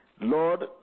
Lord